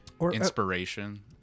inspiration